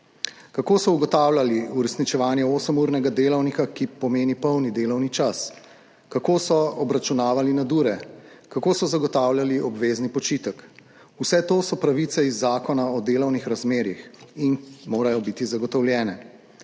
Kako so ugotavljali uresničevanje osemurnega delavnika, ki pomeni polni delovni čas, kako so obračunavali nadure, kako so zagotavljali obvezni počitek. Vse to so pravice iz Zakona o delovnih razmerjih in morajo biti zagotovljene.